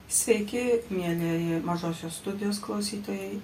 sveiki mielieji mažosios studijos klausytojai